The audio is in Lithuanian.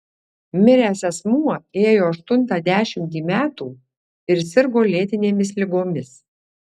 miręs asmuo ėjo aštuntą dešimtį metų ir sirgo lėtinėmis ligomis